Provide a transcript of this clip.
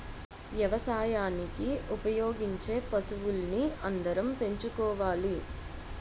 వ్యవసాయానికి ఉపయోగించే పశువుల్ని అందరం పెంచుకోవాలి